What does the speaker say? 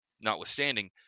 notwithstanding